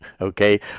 okay